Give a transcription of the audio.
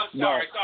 sorry